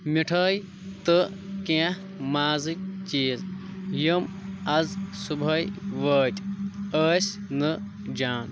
مِٹھٲے تہٕ کیٚنٛہہ مازٕکۍ چیٖز یِم آز صُبحٲے وٲتۍ ٲسۍ نہٕ جان